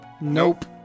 Nope